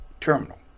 terminal